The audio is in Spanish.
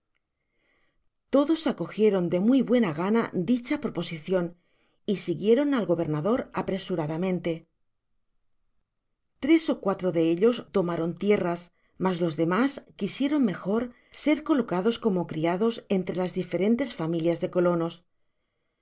tocios acogieron de muy buena gana dicha proposicion y siguieron al gobernador apresuradamente tres ó cuatro de ellos tomaron tierras mas los demas quisieron mejor ser colocados como criados entre las diferentes familias de colonos